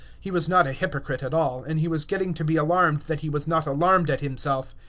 he was not a hypocrite at all, and he was getting to be alarmed that he was not alarmed at himself.